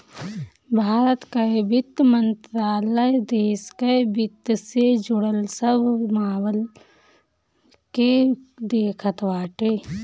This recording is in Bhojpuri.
भारत कअ वित्त मंत्रालय देस कअ वित्त से जुड़ल सब मामल के देखत बाटे